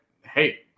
hey